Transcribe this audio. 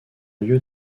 lieu